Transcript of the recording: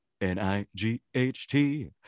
N-I-G-H-T